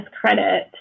credit